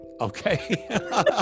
Okay